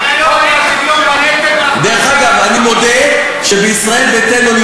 תצביע על השוויון בנטל ואנחנו נצביע יחד אתך.